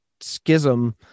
schism